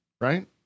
right